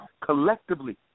Collectively